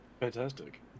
Fantastic